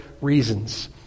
reasons